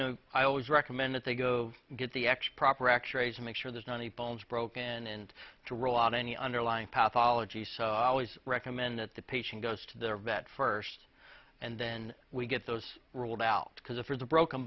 know i always recommend that they go get the x proper x rays to make sure there's not any bones broken and to rule out any underlying path ology so i always recommend that the patient goes to their vet first and then we get those ruled out because if there's a broken